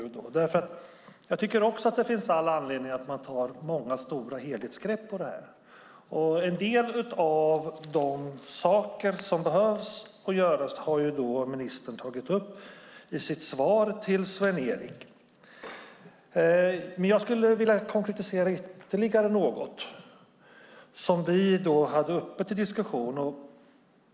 Också jag tycker att det finns all anledning att ta många och stora helhetsgrepp på detta. En del av de saker som behöver göras har ministern tagit upp i sitt svar till Sven-Erik. Men jag skulle vilja konkretisera ytterligare något som vi hade uppe till diskussion.